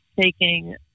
taking